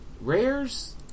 Rares